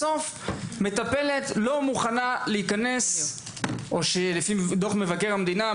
בסוף מטפלת לא מוכנה להיכנס או לפי דוח מבקר המדינה,